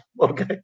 Okay